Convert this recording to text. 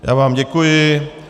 Já vám děkuji.